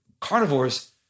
carnivores